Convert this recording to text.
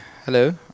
Hello